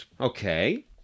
Okay